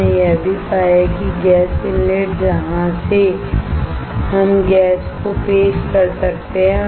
हमने यह भी पाया कि गैस इनलेट जहां से हम गैस को इंट्रोड्यूस कर सकते हैं